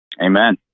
Amen